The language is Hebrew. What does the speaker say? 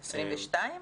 22?